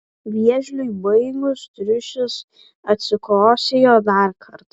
vėžliui baigus triušis atsikosėjo dar kartą